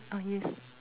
ah yes